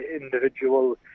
individual